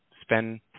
spend